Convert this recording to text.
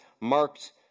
marked